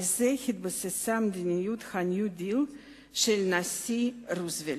על זה התבססה מדיניות ה"ניו דיל" של הנשיא רוזוולט.